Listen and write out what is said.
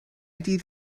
dydd